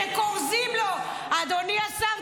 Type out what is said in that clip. שכורזים לו: אדוני השר,